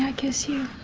yeah kiss you?